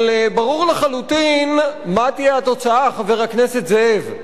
אבל ברור לחלוטין מה תהיה התוצאה, חבר הכנסת זאב.